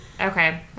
Okay